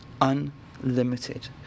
unlimited